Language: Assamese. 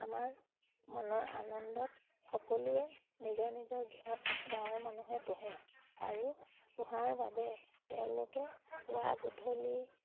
আমাৰ মনৰ আনন্দত সকলোৱে নিজৰ নিজৰ গৃহত গাঁৱৰ মানুহে পোহে আৰু পোহাৰ বাবে তেওঁলোকে পুৱা গধূলি